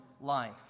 life